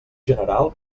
general